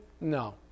No